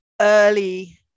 early